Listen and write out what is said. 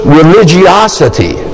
religiosity